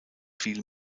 viel